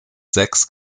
sechs